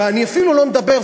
ואני אפילו לא מדבר,